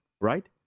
Right